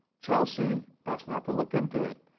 chelsea, best not to look into it.